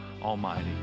Almighty